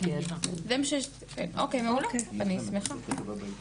אוקיי, מעולה, אני שמחה.